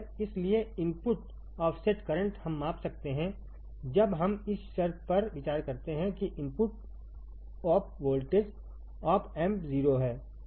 इसलिए input offset current हम माप सकते हैं जब हम इस शर्त पर विचार करते हैं कि input op voltage op amp 0 है